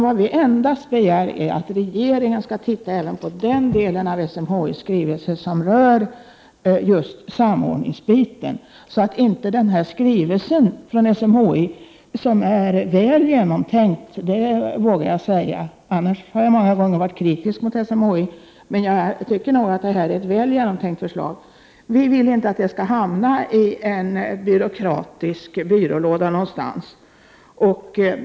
Vad vi begär är endast att regeringen skall titta även på den del av SMHI:s skrivelse som rör just samordningen, så att inte denna skrivelse från SMHI — som är mycket väl genomtänkt, det vågar jag säga; annars har jag ju många gånger varit kritisk mot SMHI — hamnar i en byråkrats byrålåda någonstans.